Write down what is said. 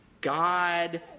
God